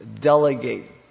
delegate